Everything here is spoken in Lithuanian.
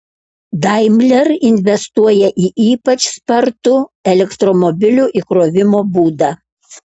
daimler investuoja į ypač spartų elektromobilių įkrovimo būdą